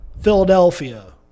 Philadelphia